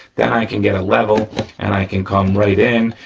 then i can get a level and i can come right in.